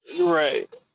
Right